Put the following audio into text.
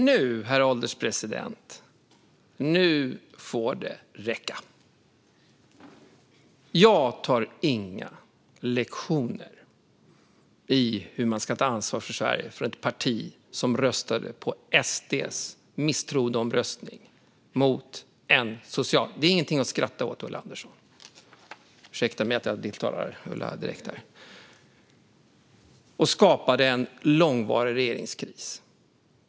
Herr ålderspresident! Nu får det räcka, herr ålderspresident. Jag tar inga lektioner i hur man ska ta ansvar för Sverige från ett parti som röstade på SD:s misstroendeförklaring mot en socialdemokratisk statsminister och skapade en långvarig regeringskris. Det är ingenting att skratta åt, Ulla Andersson - ursäkta mig att jag tilltalar Ulla Andersson direkt här.